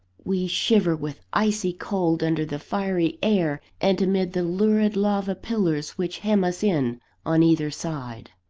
we shiver with icy cold under the fiery air and amid the lurid lava pillars which hem us in on either side.